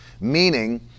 meaning